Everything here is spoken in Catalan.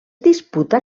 disputa